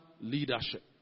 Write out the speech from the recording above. leadership